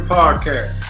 Podcast